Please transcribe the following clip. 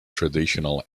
traditional